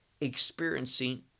experiencing